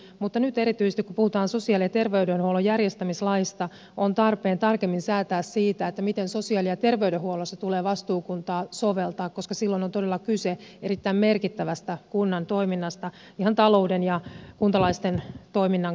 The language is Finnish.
mutta nyt erityisesti kun puhutaan sosiaali ja terveydenhuollon järjestämislaista on tarpeen tarkemmin säätää siitä miten sosiaali ja terveydenhuollossa tulee vastuukuntaa soveltaa koska silloin on todella kyse erittäin merkittävästä kunnan toiminnasta ihan talouden ja kuntalaisten toiminnan kannalta